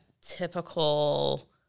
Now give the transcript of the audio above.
typical